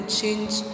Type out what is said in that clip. change